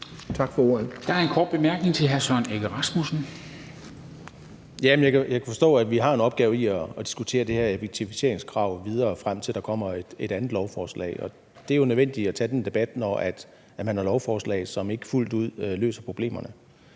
til hr. Søren Egge Rasmussen. Kl. 10:49 Søren Egge Rasmussen (EL): Jeg kan forstå, at vi har en opgave i at diskutere det her effektiviseringskrav videre, frem til der kommer et andet lovforslag. Det er jo nødvendigt at tage den debat, når man har lovforslag, som ikke fuldt ud løser problemerne.